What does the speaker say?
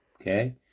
Okay